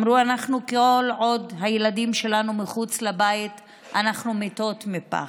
אמרו: כל עוד הילדים שלנו מחוץ לבית אנחנו מתות מפחד.